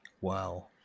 wow